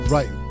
Right